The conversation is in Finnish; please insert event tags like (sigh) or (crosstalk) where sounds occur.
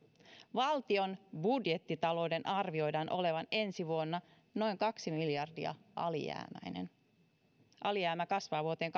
valtion budjettitalouden arvioidaan olevan ensi vuonna noin kaksi miljardia alijäämäinen alijäämä kasvaa vuoteen (unintelligible)